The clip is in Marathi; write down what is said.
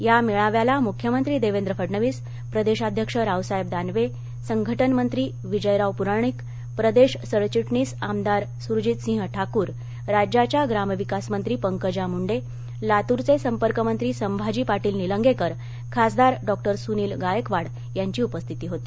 या मेळाव्याला मुख्यमंत्री देवेंद्र फडणवीस प्रदेशाध्यक्ष रावसाहेब दानवे संघटनमंत्री विजयराव प्राणीक प्रदेश सरचिटणीस आमदार सुरजितसिंह ठाकूर राज्याच्या ग्रामविकास मंत्री पंकजा मुंडे लातूरचे संपर्कमंत्री संभाजी पाटील निलंगेकर खासदार डॉ सुनिल गायकवाड यांची उपस्थिती होती